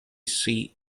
seat